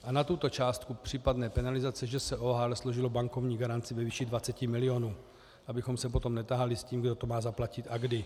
A na tuto částku případné penalizace ŽS OHL složilo bankovní garanci ve výši 20 milionů, abychom se potom netahali s tím, kdo to má zaplatit a kdy.